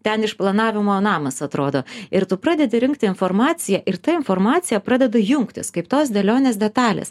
ten išplanavimo namas atrodo ir tu pradedi rinkti informaciją ir ta informacija pradeda jungtis kaip tos dėlionės detalės